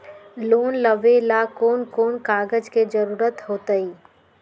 Loan लेवेला कौन कौन कागज के जरूरत होतई?